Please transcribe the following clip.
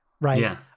right